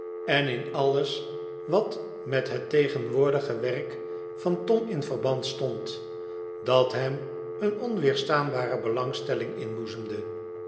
en in alles wat met het tegenwoordige werk van tom in verband stond dat hem een onweerstaanbare belangstelling